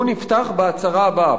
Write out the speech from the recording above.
והוא נפתח בהצהרה הבאה,